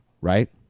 right